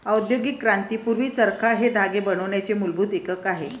औद्योगिक क्रांती पूर्वी, चरखा हे धागे बनवण्याचे मूलभूत एकक होते